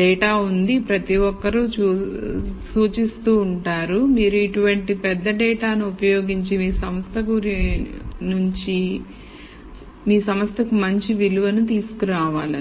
data ఉంది ప్రతి ఒక్కరూ సూచిస్తూ ఉంటారు మీరు ఇటువంటి పెద్ద డేటాని ఉపయోగించి మీ సంస్థకు మంచి విలువను తీసుకు రావాలని